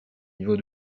niveau